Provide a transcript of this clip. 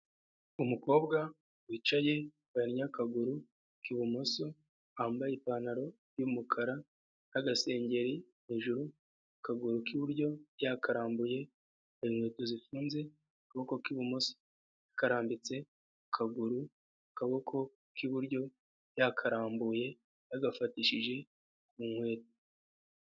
umukobwa wicaye wahinnye akaguru k'ibumoso wambaye ipantaro y'umukara n'agasengeri hejuru akaguru k'iburyo yakarambuye, yambaye inkweto zifunze akaboko k'ibumoso akarambitse ku kaguru, akaboko k'iburyo yakarambuye yagafatishije mu nkweto.